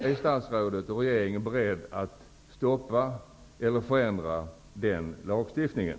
Är statsrådet och regeringen beredda att stoppa eller förändra den lagstiftningen?